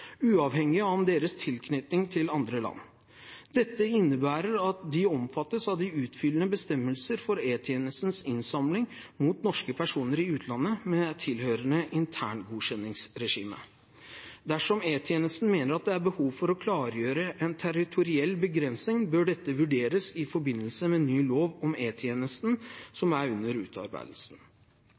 uavhengig av deres tilknytning til andre land. Dette innebærer at de omfattes av de utfyllende bestemmelsene for E-tjenestens innsamling mot norske personer i utlandet med tilhørende interngodkjenningsregime. Dersom E-tjenesten mener at det er behov for å klargjøre en territoriell begrensing, bør dette vurderes i forbindelse med en ny lov om E-tjenesten, som er under